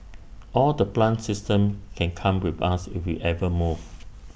all the plant systems can come with us if we ever move